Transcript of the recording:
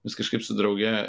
vis kažkaip su drauge